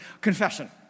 confession